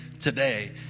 today